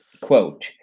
quote